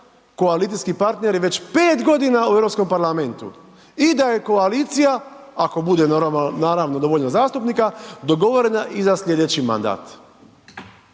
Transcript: koalicijski partneri već 5.g. u Europskom parlamentu i da je koalicija, ako bude naravno dovoljno zastupnika, dogovorena i za slijedeći mandat.